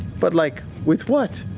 but, like, with what?